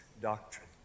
doctrine